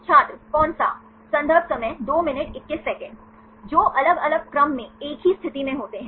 छात्र कौन सा जो अलग अलग क्रम में एक ही स्थिति में होते हैं